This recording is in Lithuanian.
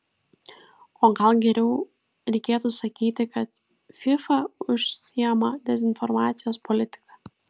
o gal geriau reikėtų sakyti kad fifa užsiima dezinformacijos politika